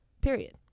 period